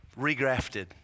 regrafted